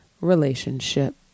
relationship